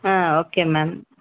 ah okay ma'am